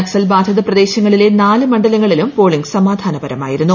നക്സൽ ബാധിത പ്രദേശങ്ങളിലെ നാല് മണ്ഡലങ്ങളിലും പോളിംഗ് സമാധാനപരമായിരുന്നു